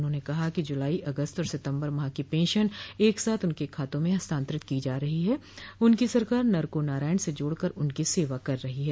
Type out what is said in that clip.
उन्होंने कहा कि जुलाई अगस्त और सितम्बर माह की पेंशन एक साथ उनके खातों में हस्तांतरित की जा रही है उनकी सरकार नर को नारायण से जोड़कर उनकी सेवा कर रही है